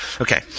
Okay